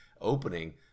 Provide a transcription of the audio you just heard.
opening